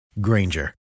Granger